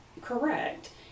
Correct